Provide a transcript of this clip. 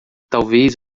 talvez